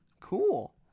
Cool